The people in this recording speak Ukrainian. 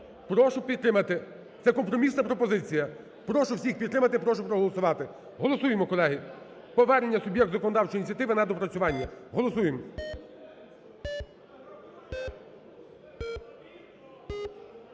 Прошу підтримати! Це компромісна пропозиція, прошу всіх підтримати, прошу голосувати, голосуємо, колеги! Повернення суб'єкту законодавчої ініціативи на доопрацювання. Голосуємо.